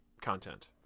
content